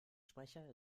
sprecher